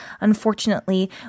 unfortunately